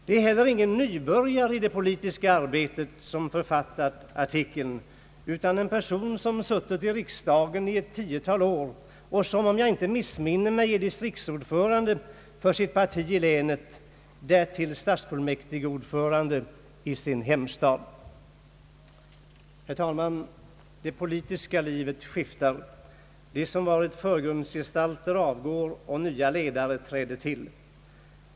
Det är för övrigt ingen nybörjare i det politiska arbetet som författat artikeln utan en person som suttit i riksdagen ett tiotal år och som om jag inte missminner mig är distriktsordförande för sitt parti i länet samt därtill stadsfullmäktigordförande i sin hemstad. Herr talman! Det politiska livet skiftar. De som varit förgrundsgestalter avgår och nya ledare träder till.